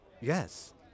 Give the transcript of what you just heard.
Yes